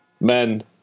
Men